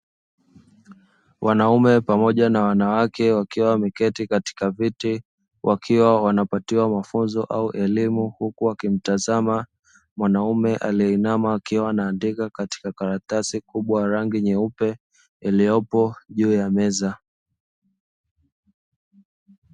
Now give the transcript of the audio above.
Wanaume pamoja na wanawake wakiwa wameketi katika viti wakiwa wanapatiwa mafunzo au elimu huku wakimtazama mwanaume aliyeinama akiwa ana andika katika karatasi kubwa la rangi nyeupe iliyopo juu ya meza.